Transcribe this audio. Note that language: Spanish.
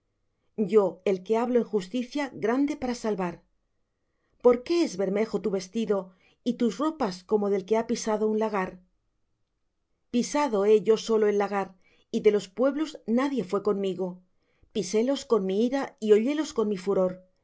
yo el que hablo en justicia grande para salvar por qué es bermejo tu vestido y tus ropas como del que ha pisado en lagar pisado he yo solo el lagar y de los pueblos nadie fué conmigo pisélos con mi ira y hollélos con mi furor